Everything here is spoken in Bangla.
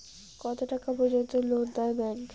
কত টাকা পর্যন্ত লোন দেয় ব্যাংক?